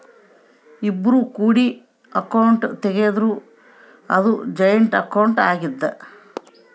ಇಬ್ರು ಕೂಡಿ ಅಕೌಂಟ್ ತೆಗುದ್ರ ಅದು ಜಾಯಿಂಟ್ ಅಕೌಂಟ್ ಆಗ್ಯಾದ